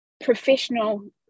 professional